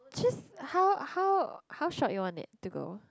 just how how how short you want it to go